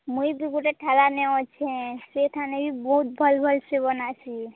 ମୁଇଁ ବି ଗୋଟେ ଠେଲା ନେଇଅଛି ସେ ଥାନେ ବହୁତ୍ ଭଲ୍ ଭଲ୍ ସେ ବନାସି